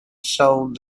sold